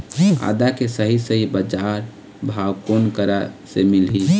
आदा के सही सही बजार भाव कोन करा से मिलही?